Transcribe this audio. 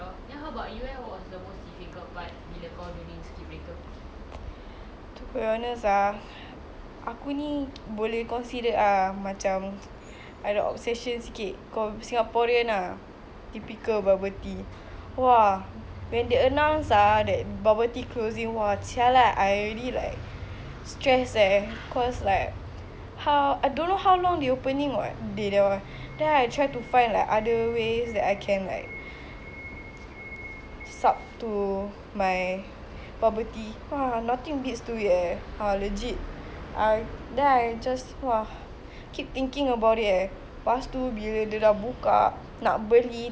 to be honest ah aku ni boleh consider ah ada obsession sikit singaporean ah typical bubble tea !wah! when they announce ah that bubble tea closing !wah! jialat I already like stress eh cause like how I don't know how long they reopening [what] then I tried to find like other ways that I can like sub to my bubble tea !wah! nothing beats to it eh legit I then I just !wah! keep thinking of it pastu bila dia dah buka nak beli tengok queue dia tak apa ah kirim salam you leh do you drink bubble tea